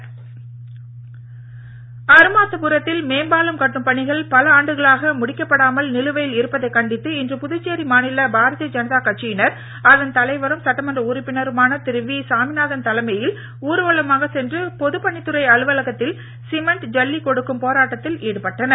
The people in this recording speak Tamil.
பிஜேபி அரும்பார்த்தபுரத்தில் மேம்பாலம் கட்டும் பணிகள் பல ஆண்டுகளாக முடிக்கப்படாமல் நிலுவையில் இருப்பதைக் கண்டித்து இன்று புதுச்சேரி மாநில பாரதீய ஜனதா கட்சியினர் அதன் தலைவரும் சட்டமன்ற உறுப்பினருமான திரு வி சாமிநாதன் தலைமையில் ஊர்வலமாகச் சென்று பொது பணித்துறை அலுவலகத்தில் சிமெண்ட் ஜல்லி கொடுக்கும் போராட்டத்தில் ஈடுபட்டனர்